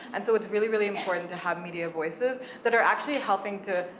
and so it's really, really important to have media voices that are actually helping to,